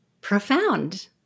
profound